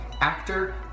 actor